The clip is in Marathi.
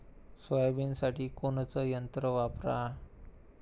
सोयाबीनसाठी कोनचं यंत्र वापरा?